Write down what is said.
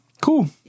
Cool